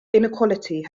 inequality